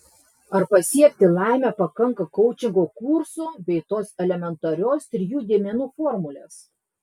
ar pasiekti laimę pakanka koučingo kursų bei tos elementarios trijų dėmenų formulės